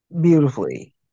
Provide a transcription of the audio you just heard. beautifully